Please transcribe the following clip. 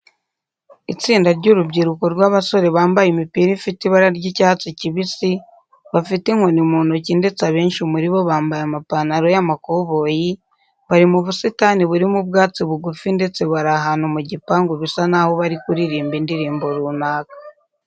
Itsinda ry'urubyiruko rw'abasore bambaye imipira ifite ibara ry'icyatsi kibisi, bafite inkoni mu ntoki ndetse abenshi muri bo bambaye amapantaro y'amakoboyi, bari mu busitani burimo ubwatsi bugufi ndetse bari ahantu mu gipangu bisa naho bari kuririmba indirimbo runaka.